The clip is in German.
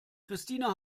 christine